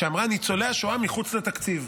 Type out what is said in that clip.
שאמרה: ניצולי השואה מחוץ לתקציב.